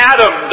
Adam